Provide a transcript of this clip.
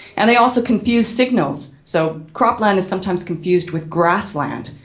and they also confuse signals. so cropland is sometimes confused with grassland,